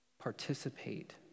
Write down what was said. participate